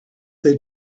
they